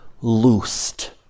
loosed